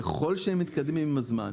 ככל שהם מתקדמים עם הזמן,